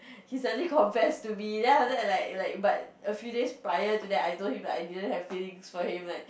he suddenly confess to me then after that like like but a few days prior to that I told him like I don't have feelings for him like